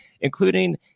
Including